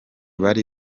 bari